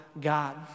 God